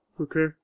Okay